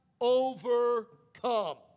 overcome